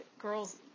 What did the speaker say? girls